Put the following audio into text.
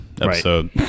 episode